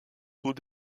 sont